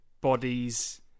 bodies